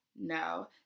No